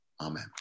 Amen